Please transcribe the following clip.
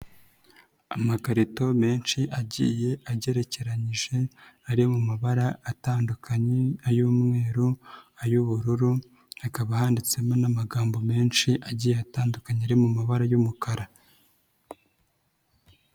Amakarito menshi agiye agerekeranyije ari mu mabara atandukanye ay'umweru, ay'ubururu, hakaba handitsemo n'amagambo menshi agiye atandukanye ari mu mabara y'umukara.